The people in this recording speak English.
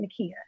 Nakia